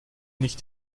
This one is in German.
nicht